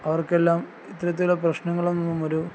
അവർക്കെല്ലാം ഇത്തരത്തിലുള്ള പ്രശ്നങ്ങളൊന്നും ഒരു